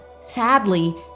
Sadly